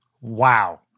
Wow